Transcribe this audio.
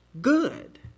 good